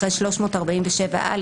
אחרי "347א",